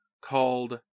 called